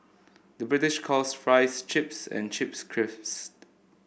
the British calls fries chips and chips crisps